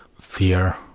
fear